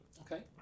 Okay